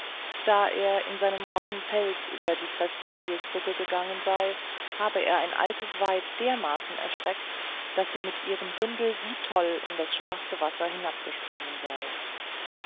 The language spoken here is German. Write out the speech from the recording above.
da er in seinem rauhen pelze über die crescentiusbrücke gegangen sei habe er ein altes weib dermaßen erschreckt daß sie mit ihrem bündel wie toll in das schwarze wasser hinabgesprungen sei